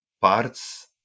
parts